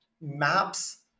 maps